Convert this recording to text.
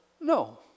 no